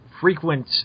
frequent